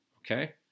Okay